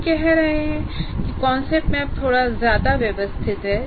हम कह रहे हैं कि कॉन्सेप्ट मैप थोड़ा ज्यादा व्यवस्थित है